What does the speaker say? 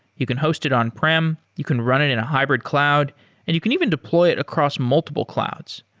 you can host it on-prem, you can run it in a hybrid cloud and you can even deploy it across multiple clouds.